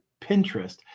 Pinterest